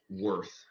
worth